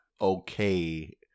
okay